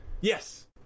yes